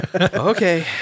Okay